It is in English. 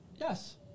Yes